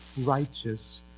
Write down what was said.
righteous